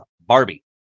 Barbie